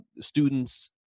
students